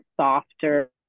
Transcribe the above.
softer